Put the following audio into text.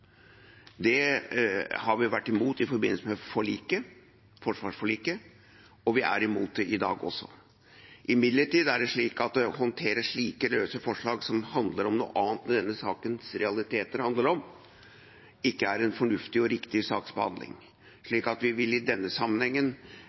Det har vi vært imot i forbindelse med forsvarsforliket, og vi er imot det i dag også. Imidlertid er det slik at å håndtere slike løse forslag som handler om noe annet enn det denne sakens realiteter handler om, ikke er en fornuftig og riktig saksbehandling.